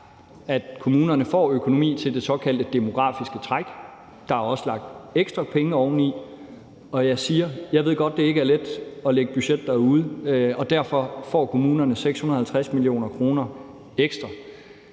at kommunerne får økonomi til at dække det såkaldte demografiske træk. Der er også lagt ekstra penge oveni. Og jeg siger, at jeg godt ved, at det ikke er let at lægge et budget derude, og derfor får kommunerne 650 mio. kr. ekstra.